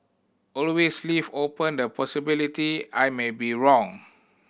always leave open the possibility I may be wrong